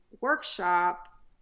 workshop